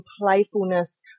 playfulness